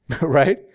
right